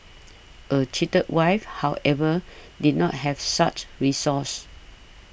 a cheated wife however did not have such recourse